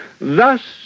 Thus